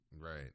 Right